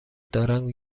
دارن